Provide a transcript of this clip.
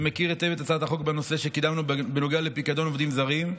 שמכיר היטב את הצעת החוק שקידמנו בנושא בנוגע לפיקדון עובדים זרים,